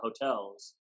hotels